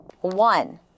One